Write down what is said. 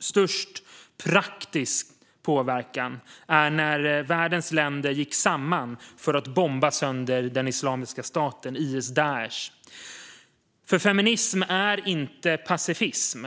störst praktisk påverkan var när världens länder gick samman för att bomba sönder Islamiska staten, IS, Daish. Feminism är nämligen inte pacifism.